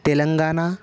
Telangana